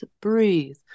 breathe